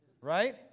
Right